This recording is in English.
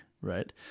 right